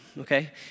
okay